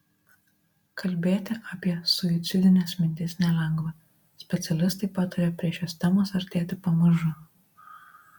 kalbėti apie suicidines mintis nelengva specialistai pataria prie šios temos artėti pamažu